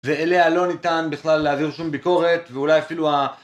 ואליה לא ניתן בכלל להעביר שום ביקורת, ואולי אפילו ה...